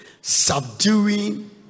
Subduing